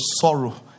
sorrow